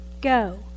go